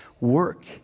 work